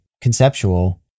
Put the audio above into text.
conceptual